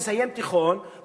כאשר הוא מסיים תיכון,